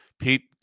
Pete